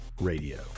Radio